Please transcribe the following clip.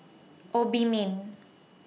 Obimin